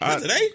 today